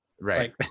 Right